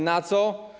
Na co?